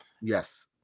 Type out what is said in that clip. Yes